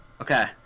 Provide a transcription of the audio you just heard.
Okay